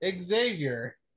Xavier